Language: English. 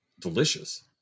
Delicious